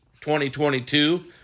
2022